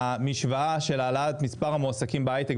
המשוואה של העלאת מספר המועסקים בהיי-טק,